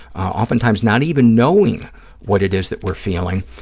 oftentimes not even knowing what it is that we're feeling,